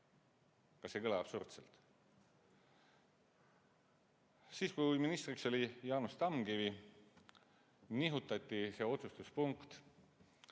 Kas ei kõla absurdselt? Siis, kui ministriks oli Jaanus Tamkivi, nihutati see otsustuspunkt